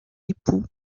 époux